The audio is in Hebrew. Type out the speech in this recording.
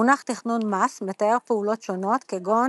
המונח תכנון מס מתאר פעולות שונות כגון